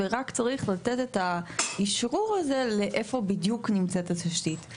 ורק צריך לתת את האשרור הזה לאיפה בדיוק נמצאת התשתית.